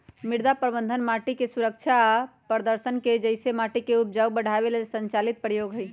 मृदा प्रबन्धन माटिके सुरक्षा आ प्रदर्शन जइसे माटिके उपजाऊ बढ़ाबे लेल संचालित प्रयोग हई